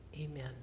amen